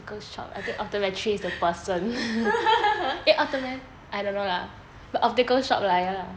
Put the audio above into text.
optical shop I think optometry is the person eh optome~ I don't know lah but optical shop lah ya lah